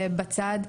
בצד,